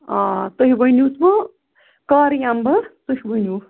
آ تُہۍ ؤنِو سُہ کَر یِمہٕ بہٕ تُہۍ ؤنِو